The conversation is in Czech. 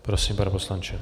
Prosím, pane poslanče.